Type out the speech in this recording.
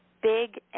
big